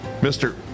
mr